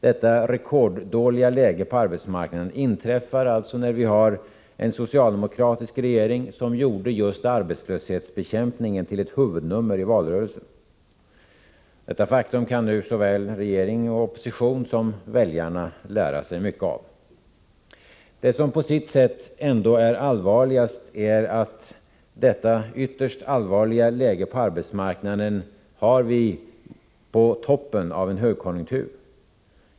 Detta rekorddåliga läge på arbetsmarknaden inträffar alltså när vi har en socialdemokratisk regering — socialdemokraterna gjorde ju just arbetslöshetsbekämpningen till ett huvudnummer i valrörelsen. Detta faktum kan nu såväl regering och opposition som väljarna lära sig mycket av. Det som på sitt sätt ändå är mest bekymmersamt är att detta ytterst allvarliga läge på arbetsmarknaden inträffar på toppen av en högkonjunktur.